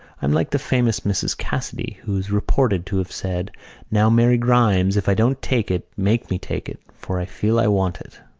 i'm like the famous mrs. cassidy, who is reported to have said now, mary grimes, if i don't take it, make me take it, for i feel i want it